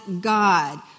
God